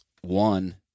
One